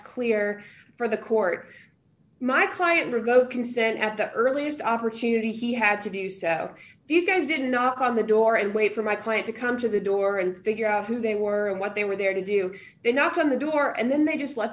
clear for the court my client for go consent at the earliest opportunity he had to do so these guys didn't knock on the door and wait for my client to come to the door and figure out who they were and what they were there to do they knocked on the door and then they just let